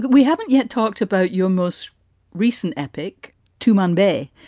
we haven't yet talked about your most recent epic to monday,